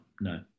no